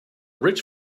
rich